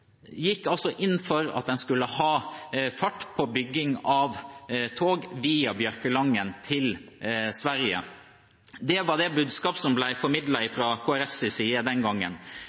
gikk inn for at man skulle ha fart på bygging av tog via Bjørkelangen til Sverige. Det var det budskapet som ble formidlet fra Kristelig Folkepartis side den gangen.